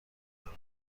دارن